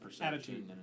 attitude